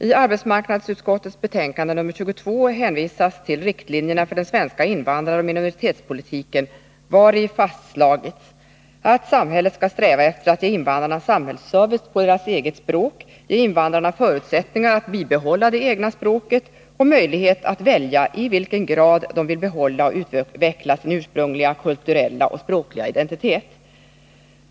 I arbetsmarknadsutskottets betänkande nr 22 hänvisas till riktlinjerna för den svenska invandraroch minoritetspolitiken, vari fastslagits att samhället skall sträva efter att ge invandrarna samhällsservice på deras eget språk och ge invandrarna förutsättningar att bibehålla det egna språket och möjlighet att välja i vilken grad de vill behålla och utveckla sin ursprungliga kulturella och språkliga identitet.